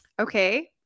Okay